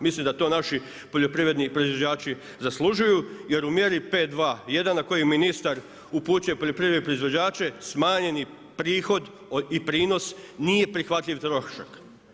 Mislim da to naši poljoprivredni proizvođači zaslužuju, jer u mjeri 521 na koji ministar upućuje poljoprivredne proizvođače smanjeni prihod i prinos nije prihvatljiv trošak.